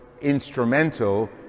instrumental